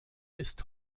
ist